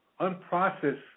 unprocessed